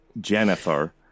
jennifer